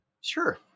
Sure